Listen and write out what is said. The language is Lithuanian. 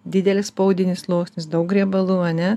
didelį spaudinį sluoksnis daug riebalų ane